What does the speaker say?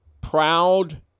proud